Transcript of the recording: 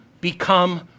become